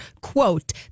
quote